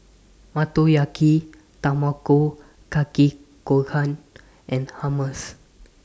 Motoyaki Tamago Kake Gohan and Hummus